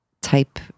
type